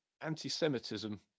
anti-semitism